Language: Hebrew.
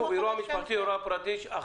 כתוב: אירוע משפחתי או אירוע פרטי אחר